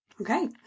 Okay